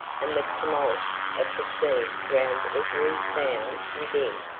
and the tumult of the sea drowned every sound within.